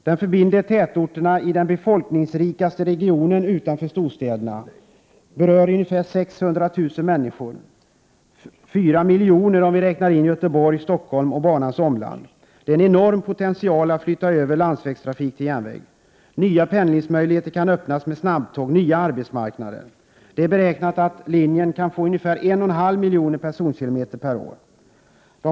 Den förbinder tätorterna i den befolkningsrikaste regionen utanför storstäderna och berör ca 600 000 människor — 4 miljoner om man räknar in Göteborg, Stockholm och banans omland. Det är en enorm potential att flytta över landsvägstrafik till järnväg. Nya pendlingsmöjligheter kan öppnas med snabbtåg och nya arbetsmarknader kan bli tillgängliga. Det är beräknat att linjen kan få 1,5 miljoner personkilometer per år.